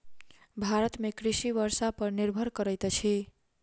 भारत में कृषि वर्षा पर निर्भर करैत अछि